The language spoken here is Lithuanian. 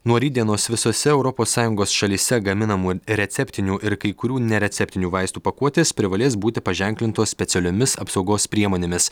nuo rytdienos visose europos sąjungos šalyse gaminamų receptinių ir kai kurių nereceptinių vaistų pakuotės privalės būti paženklintos specialiomis apsaugos priemonėmis